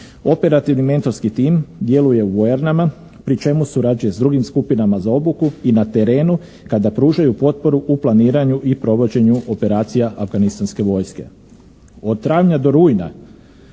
Operativni mentorski tim djeluje u Ernama pri čemu surađuje s drugim skupinama za obuku i na terenu kada pružaju potporu u planiranju i provođenju operacija afganistanske vojske. Od travnja do rujna